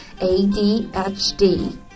ADHD